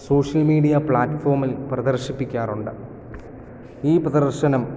social media പ്ലാറ്റ്ഫോമിൽ പ്രദർശിപ്പിക്കാറുണ്ട് ഈ പ്രദർശനം